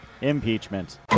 impeachment